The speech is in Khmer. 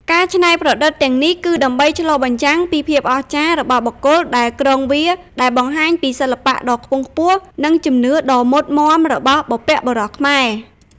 ការច្នៃប្រឌិតទាំងនេះគឺដើម្បី ឆ្លុះបញ្ចាំងពីភាពអស្ចារ្យ របស់បុគ្គលដែលគ្រងវា ដែលបង្ហាញពីសិល្បៈដ៏ខ្ពង់ខ្ពស់ និងជំនឿដ៏មុតមាំរបស់បុព្វបុរសខ្មែរ។